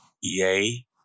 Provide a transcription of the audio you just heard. Yay